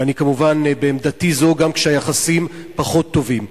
ואני כמובן בעמדתי זו גם כשהיחסים פחות טובים.